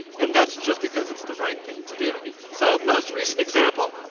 and that's just because it's the right thing to do. so most recent example,